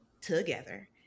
together